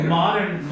modern